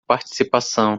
participação